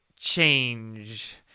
change